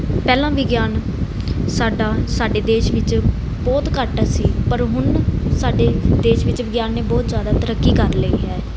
ਪਹਿਲਾਂ ਵਿਗਿਆਨ ਸਾਡਾ ਸਾਡੇ ਦੇਸ਼ ਵਿੱਚ ਬਹੁਤ ਘੱਟ ਸੀ ਪਰ ਹੁਣ ਸਾਡੇ ਦੇਸ਼ ਵਿੱਚ ਵਿਗਿਆਨ ਨੇ ਬਹੁਤ ਜ਼ਿਆਦਾ ਤਰੱਕੀ ਕਰ ਲਈ ਹੈ